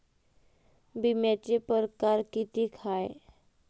बिम्याचे परकार कितीक हाय?